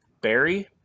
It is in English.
Barry